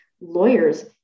lawyers